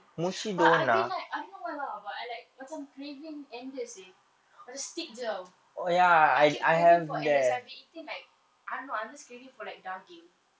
but I've been like I don't know why lah but I like macam craving endless seh macam steak jer ya I keep craving for endless I've been eating like I don't know I'm just craving for like daging